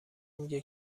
میگه